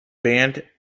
band